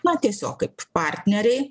na tiesiog kaip partneriai